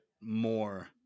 more